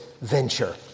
venture